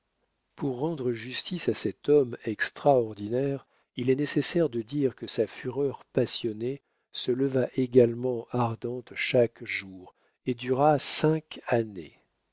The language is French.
pour rendre justice à cet homme extraordinaire il est nécessaire de dire que sa fureur passionnée se leva également ardente chaque jour et dura cinq années